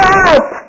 Help